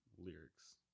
lyrics